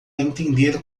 entender